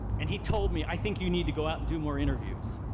and he told me, i think you need to go out and do more interviews.